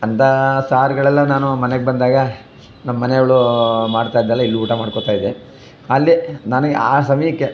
ಅಂಥ ಸಾರುಗಳೆಲ್ಲ ನಾನು ಮನೆಗೆ ಬಂದಾಗ ನಮ್ಮನೆಯವಳು ಮಾಡ್ತಾಯಿದ್ಲಲ್ಲ ಇಲ್ಲಿ ಊಟ ಮಾಡ್ಕೊತಾಯಿದ್ದೆ ಅಲ್ಲೇ ನನಗೆ ಆ ಸಮಯಕ್ಕೆ